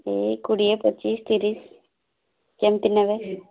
ଏ କୋଡ଼ିଏ ପଚିଶ ତିରିଶ କେମିତି ନେବେ